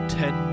ten